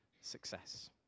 success